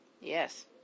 Yes